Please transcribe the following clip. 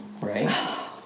right